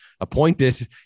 appointed